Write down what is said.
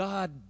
God